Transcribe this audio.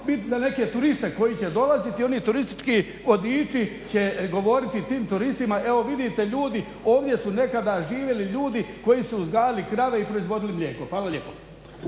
biti za neke turiste koji će dolaziti. Oni turistički vodiči će govoriti tim turistima evo vidite ljudi ovdje su nekada živjeli ljudi koji su uzgajali krave i proizvodili mlijeko. Hvala lijepa.